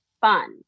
fun